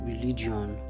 religion